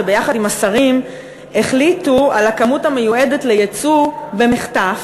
שביחד עם השרים החליטו על הכמות המיועדת ליצוא במחטף,